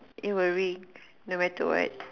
it will ring no matter what